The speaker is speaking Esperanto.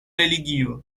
religio